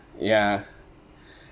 ya